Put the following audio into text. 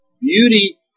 Beauty